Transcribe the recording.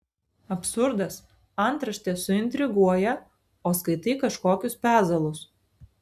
absurdas antraštė suintriguoja o skaitai kažkokius pezalus